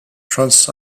trans